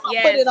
Yes